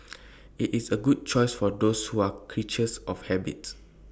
IT is A good choice for those who are creatures of habit